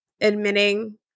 admitting